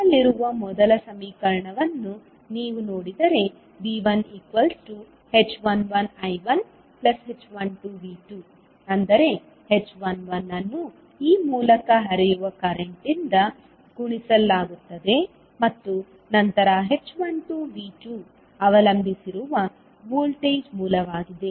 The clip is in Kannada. ನಮ್ಮಲ್ಲಿರುವ ಮೊದಲ ಸಮೀಕರಣವನ್ನು ನೀವು ನೋಡಿದರೆ V1h11I1h12V2 ಅಂದರೆ h11ಅನ್ನು ಈ ಮೂಲಕ ಹರಿಯುವ ಕರೆಂಟ್ ಇಂದ ಗುಣಿಸಲಾಗುತ್ತದೆ ಮತ್ತು ನಂತರ h12V2 ಅವಲಂಬಿಸಿರುವ ವೋಲ್ಟೇಜ್ ಮೂಲವಾಗಿದೆ